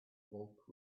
bulk